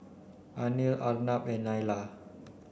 Anil Arnab and Neila